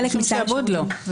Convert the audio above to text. חלק משעבוד לא.